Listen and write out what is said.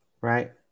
right